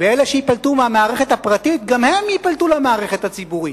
ואלה שייפלטו מהמערכת הפרטית גם הם ייפלטו למערכת הציבורית.